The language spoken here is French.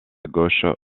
gauche